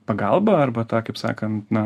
pagalbą arba tą kaip sakant na